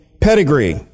pedigree